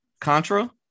Contra